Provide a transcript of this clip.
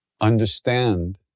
understand